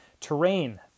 Terrain